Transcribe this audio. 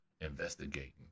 investigating